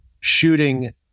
shooting